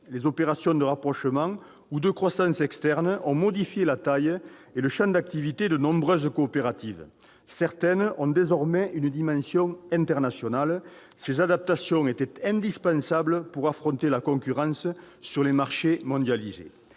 Les opérations de rapprochement ou de croissance externe ont modifié la taille et le champ d'activité de nombreuses coopératives. Certaines possèdent désormais une dimension internationale. Ces adaptations étaient indispensables pour affronter la concurrence sur les marchés mondialisés.